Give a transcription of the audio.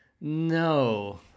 No